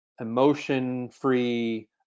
emotion-free